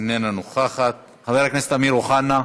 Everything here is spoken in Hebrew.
אינה נוכחת, חבר הכנסת אמיר אוחנה,